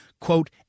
quote